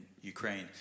Ukraine